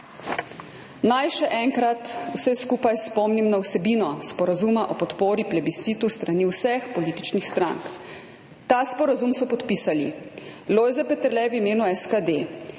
Naj še enkrat vse skupaj spomnim na vsebino sporazuma o podpori plebiscitu s strani vseh političnih strank. Ta sporazum so podpisali: Lojze Peterle v imenu SKD,